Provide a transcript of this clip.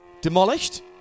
demolished